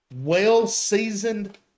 well-seasoned